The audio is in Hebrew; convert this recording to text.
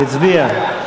הצביע.